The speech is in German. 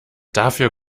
dafür